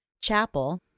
Chapel